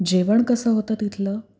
जेवण कसं होतं तिथलं